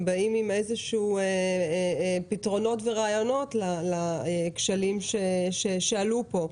הם באים עם פתרונות ורעיונות לכשלים שעלו פה.